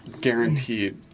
guaranteed